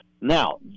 Now